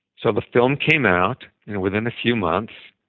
so the film came out, and within a few months,